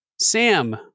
Sam